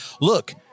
look